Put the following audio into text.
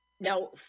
Now